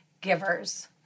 givers